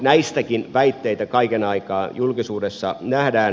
näistäkin väitteitä kaiken aikaa julkisuudessa nähdään